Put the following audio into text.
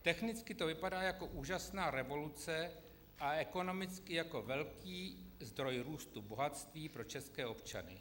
Technicky to vypadá jako úžasná revoluce a ekonomicky jako velký zdroj růstu bohatství pro české občany.